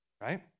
right